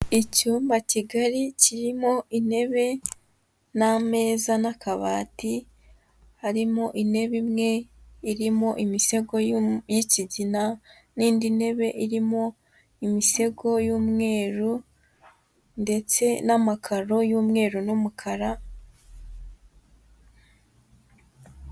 Icyumba kigari kirimo intebe n'ameza n'akabati, harimo intebe imwe irimo imisego y'ikigina n'indi ntebe irimo imisego y'umweru ndetse n'amakaro y'umweru n'umukara...